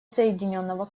соединенного